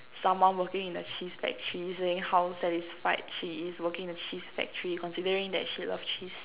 someone working in a cheese factory saying how satisfied she is working in a cheese factory considering that she love cheese